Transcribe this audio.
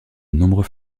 nombreux